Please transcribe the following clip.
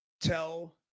tell